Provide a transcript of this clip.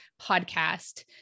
podcast